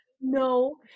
No